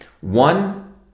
One